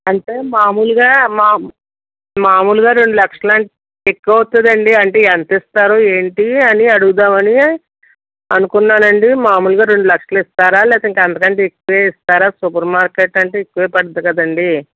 అంటే మాములుగా మా మాములుగా రెండు లక్షలంటే ఎక్కువవుతుందండి అంటే ఎంతిస్తారు ఏంటి అని అడుగుదామని అనుకున్నానండి మాములుగా రెండు లక్షలిస్తారా లేకపోతే అంతకంటే ఎక్కువే ఇస్తారా సూపర్ మార్కెట్ అంటే ఎక్కువే పడుతుంది కదండీ